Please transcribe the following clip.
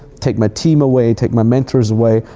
take my team away, take my mentors away.